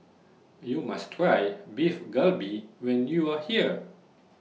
YOU must Try Beef Galbi when YOU Are here